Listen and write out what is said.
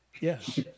Yes